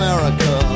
America